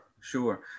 sure